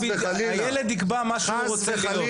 הילד יקבע מה שהוא רוצה להיות,